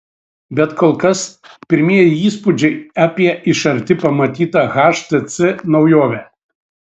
bet kol kas pirmieji įspūdžiai apie iš arti pamatytą htc naujovę